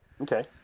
Okay